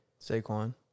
Saquon